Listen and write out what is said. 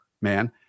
man